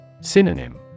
Synonym